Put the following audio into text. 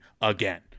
again